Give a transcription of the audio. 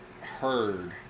heard